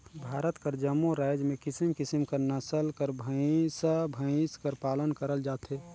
भारत कर जम्मो राएज में किसिम किसिम कर नसल कर भंइसा भंइस कर पालन करल जाथे